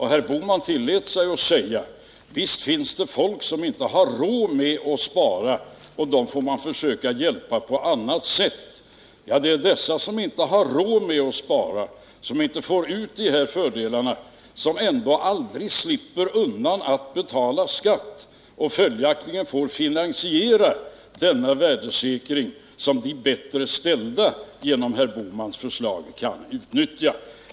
Herr Bohman tillät sig säga att visst finns det folk som inte har råd att spara och att man får försöka hjälpa dem på annat sätt. Det är dessa som inte har råd att spara, som inte får ut dessa fördelar, som ändå aldrig slipper undan att betala skatt, och följaktligen får de finansiera denna värdesäkring som de bättre ställda genom herr Bohmans förslag kan utnyttja.